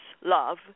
love